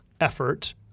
effort